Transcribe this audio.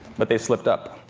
but they slipped up.